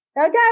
Okay